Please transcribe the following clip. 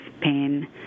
pain